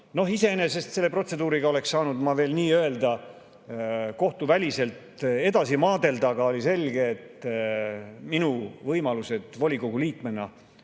ma oleks selle protseduuriga saanud veel nii-öelda kohtuväliselt edasi maadelda, aga oli selge, et minu võimalused volikogu liikmena